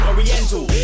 Oriental